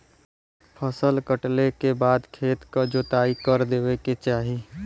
फसल कटले के बाद खेत क जोताई कर देवे के चाही